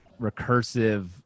recursive